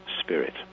spirit